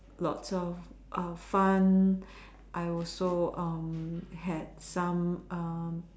lots of err fun I also um had some um